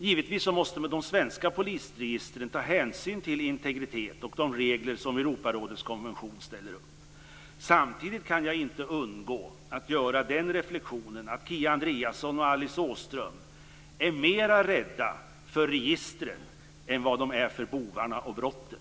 Givetvis måste man i de svenska polisregistren ta hänsyn till integritet och de regler som Europarådets konvention ställer upp. Samtidigt kan jag inte undgå att göra reflexionen att Kia Andreasson och Alice Åström är mer rädda för registren än för bovarna och brotten.